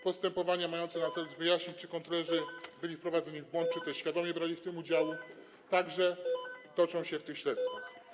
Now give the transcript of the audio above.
Postępowania mające na celu wyjaśnienie, czy kontrolerzy byli wprowadzeni w błąd, czy też świadomie brali w tym udział, także toczą się w ramach tych śledztw.